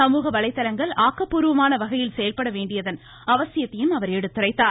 சமூக வலைதளங்கள் ஆக்கப்பூர்வமான வகையில் செயல்பட வேண்டியதன் அவசியத்தை அமைச்சர் எடுத்துரைத்தார்